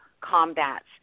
combats